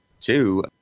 two